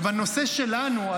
ובנושא שלנו,